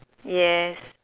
yes